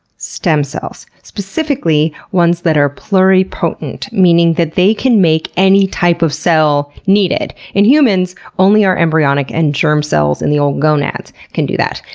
stem cells. specifically ones that are pluripotent, meaning they can make any type of cell needed. in humans, only our embryonic and germ cells in the old gonads can do that.